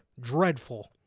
Dreadful